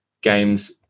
games